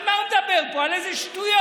על מה הוא מדבר פה, על איזה שטויות?